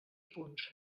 punts